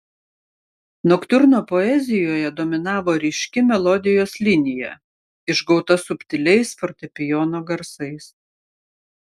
noktiurno poezijoje dominavo ryški melodijos linija išgauta subtiliais fortepijono garsais